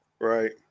Right